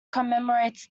commemorates